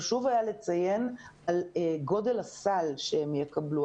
חשוב היה לציין את גודל הסל שהם יקבלו.